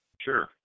Sure